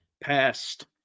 passed